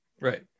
right